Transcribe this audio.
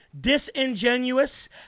disingenuous